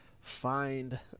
find